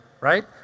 right